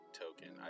token